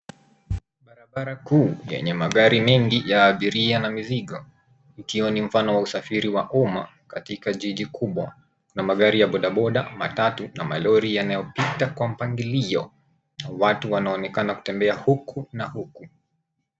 Barabara kuu yenye magari mengi ya abiria na mizigo ikiwa ni mfano wa usafiri wa umma katika jiji kubwa na magari ya bodaboda, matatu na malori yanayopita kwa mpangilio na watu wanaonekana kupitia huku na huku.